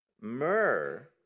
Myrrh